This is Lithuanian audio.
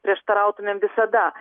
prieštarautumėm visada